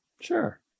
Sure